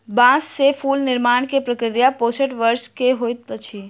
बांस से फूल निर्माण के प्रक्रिया पैसठ वर्ष के होइत अछि